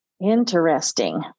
Interesting